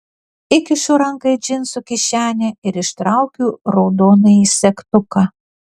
įkišu ranką į džinsų kišenę ir ištraukiu raudonąjį segtuką